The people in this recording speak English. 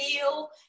feel